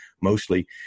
mostly